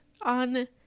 on